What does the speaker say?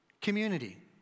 Community